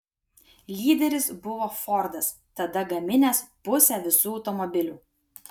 lyderis buvo fordas tada gaminęs pusę visų automobilių